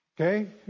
Okay